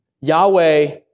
Yahweh